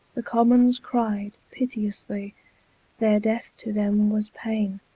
the commons cryed pitiously, their death to them was paine.